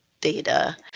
data